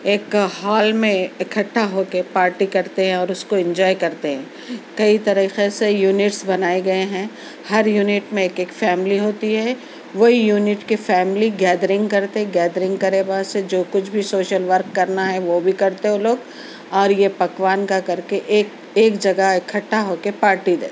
ایک ہال میں اکٹھا ہو کے پارٹی کرتے ہیں اور اس کو انجوائے کرتے ہیں کئی طریقے سے یونٹس بنائے گئے ہیں ہر یونٹ میں ایک ایک فیملی ہوتی ہے وہ یونٹ کے فیملی گیدرنگ کرتے گیدرنگ کرے بعد سے جو کچھ بھی شوشل ورک کرنا ہے وہ بھی کرتے وہ لوگ اور یہ پکوان کا کر کے ایک جگہ اکٹھا ہو کے پارٹی دیتے